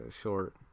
short